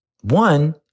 One